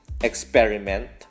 experiment